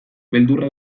beldurra